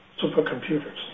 supercomputers